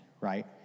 right